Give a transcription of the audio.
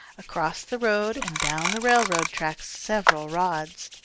across the road, and down the railroad track several rods.